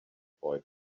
boy